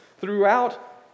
throughout